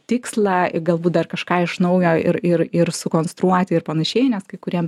tikslą ir galbūt dar kažką iš naujo ir ir ir sukonstruoti ir panašiai nes kai kuriem